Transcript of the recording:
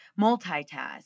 multitask